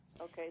Okay